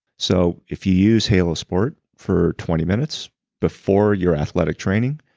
so if you use halo sport for twenty minutes before your athletic training,